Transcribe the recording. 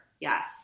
Yes